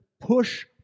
push